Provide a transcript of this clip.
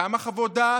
כמה חוות דעת?